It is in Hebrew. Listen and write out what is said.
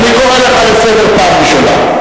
אני קורא אותך לסדר פעם ראשונה.